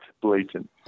blatant